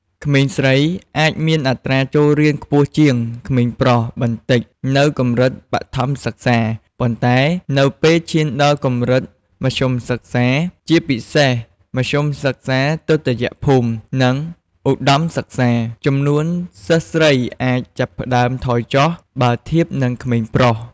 ក្មេងស្រីអាចមានអត្រាចូលរៀនខ្ពស់ជាងក្មេងប្រុសបន្តិចនៅកម្រិតបឋមសិក្សា ប៉ុន្តែ នៅពេលឈានដល់កម្រិតមធ្យមសិក្សា ជាពិសេសមធ្យមសិក្សាទុតិយភូមិ និងឧត្តមសិក្សា ចំនួនសិស្សស្រីអាចចាប់ផ្តើមថយចុះ បើធៀបនឹងក្មេងប្រុស។